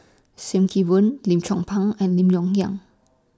SIM Kee Boon Lim Chong Pang and Lim Yong Liang